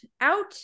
Out